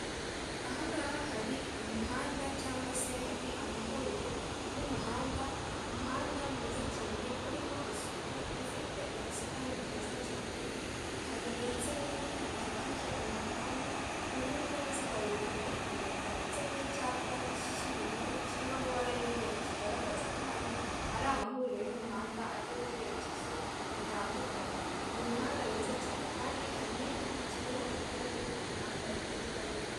Ahangaha hari umuhanda cyangwa se hari amahuriro y'umuhanda, umuhanda mwiza cyane urimo isuku ifite ubusitani bwiza cyane, hari ndetse n'ibiti bikikije uyu muhanda, harimo ibinyabiziga bibiri biri kugenda, ndetse n'icyapa cy'ubururu kirimo amabara y'umweru kigaragaza ko hano ari amahuriro y'umuhanda ajya mu byerekezo bitandukanye, ni umuhanda mwiza cyane kandi hari n'igiti kiriho itara ryo ku muhanda rimurika nijoro.